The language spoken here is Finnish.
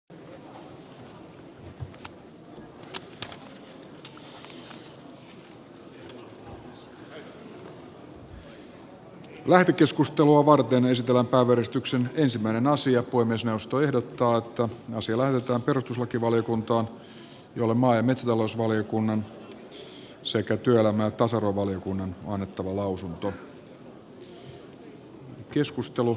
puhemiesneuvosto ehdottaa että asia lähetetään perustuslakivaliokuntaan jolle maa ja metsätalousvaliokunnan sekä työelämä ja tasa arvovaliokunnan on annettava lausunto